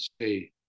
say